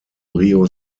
río